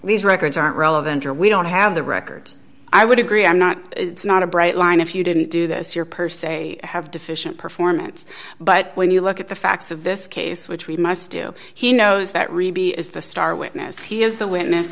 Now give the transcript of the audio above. these records aren't relevant or we don't have the records i would agree i'm not it's not a bright line if you didn't do this your per se have deficient performance but when you look at the facts of this case which we must do he knows that reby is the star witness he is the witness